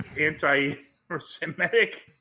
anti-Semitic